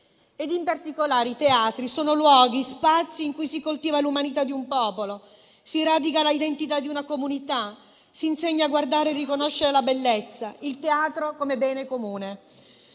In particolare, i teatri sono luoghi sparsi in cui si coltiva l'umanità di un popolo, si radica la identità di una comunità, si insegna a guardare e riconoscere la bellezza: il teatro come bene comune.